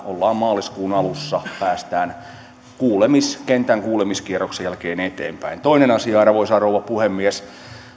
maaliskuun alussa päästään kentän kuulemiskierroksen jälkeen eteenpäin toinen asia arvoisa rouva puhemies